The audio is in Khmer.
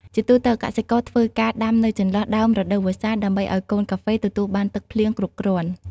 ជាទូទៅ កសិករធ្វើការដាំនៅចន្លោះដើមរដូវវស្សា ដើម្បីឱ្យកូនកាហ្វេទទួលបានទឹកភ្លៀងគ្រប់គ្រាន់។